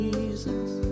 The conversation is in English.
Jesus